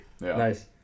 Nice